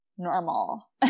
normal